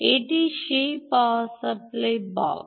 এটি সেই power supply block